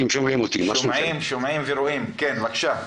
בבקשה.